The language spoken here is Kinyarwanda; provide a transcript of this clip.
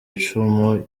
icumu